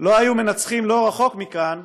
לא היו מנצחים לא רחוק מכאן,